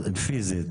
פיזית,